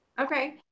Okay